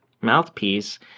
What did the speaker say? mouthpiece